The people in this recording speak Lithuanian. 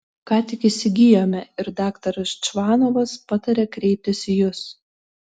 ką tik įsigijome ir daktaras čvanovas patarė kreiptis į jus